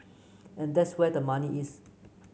and that's where the money is